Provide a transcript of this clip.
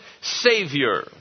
Savior